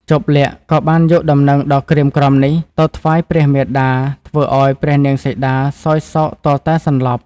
ជប្បលក្សណ៍ក៏បានយកដំណឹងដ៏ក្រៀមក្រំនេះ ទៅថ្វាយព្រះមាតា ធ្វើឱ្យព្រះនាងសីតាសោយសោកទាល់តែសន្លប់។